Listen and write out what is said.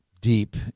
deep